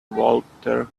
walter